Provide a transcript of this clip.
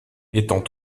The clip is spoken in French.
étant